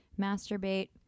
masturbate